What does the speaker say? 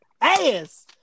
ass